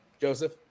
Joseph